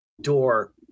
door